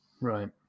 right